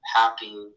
happy